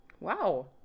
Wow